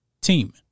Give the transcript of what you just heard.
team